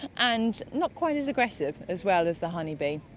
and not quite as aggressive as well as the honeybee.